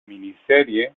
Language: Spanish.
miniserie